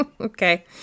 okay